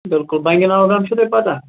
بِلکُل بَنہِ نَوگام چھُو تۄہہِ پَتاہ